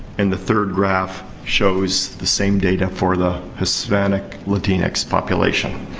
and the third graph shows the same data for the hispanic latinx population.